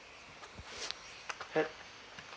hi